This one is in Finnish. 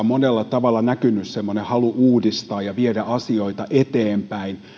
monella tavalla näkynyt semmoinen halu uudistaa ja viedä asioita eteenpäin